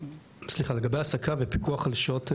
סליחה, לגבי העסקה ופיקוח על שעות עבודה.